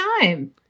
time